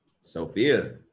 Sophia